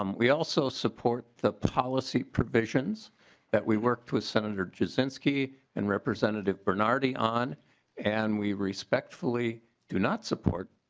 um we also support the policy provisions that we worked with sen. jasinski and representative bernardy on and we respectfully do not support